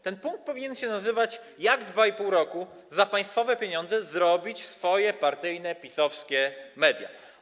Ten punkt powinien się nazywać: jak w 2,5 roku za państwowe pieniądze zrobić swoje partyjne, PiS-owskie media.